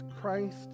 Christ